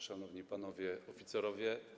Szanowni Panowie Oficerowie!